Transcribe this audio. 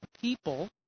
people